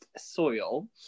soil